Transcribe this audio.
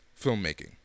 filmmaking